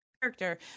character